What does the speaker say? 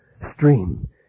stream